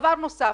דבר נוסף,